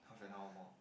half an hour more